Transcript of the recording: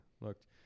looked